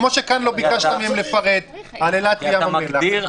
כמו שלא ביקשנו מהם לפרט על אילת וים המלח.